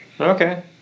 Okay